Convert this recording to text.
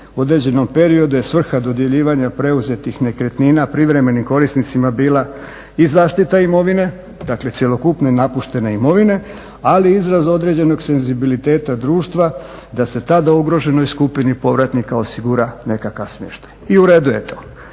u određenom periodu je svrha dodjeljivanja preuzetih nekretnina privremenim korisnicima bila i zaštita imovine, dakle cjelokupne napuštene imovine, ali izraz određenog senzibiliteta društva da se tada ugroženoj skupini povratnika osigura nekakav smještaj i u redu je to.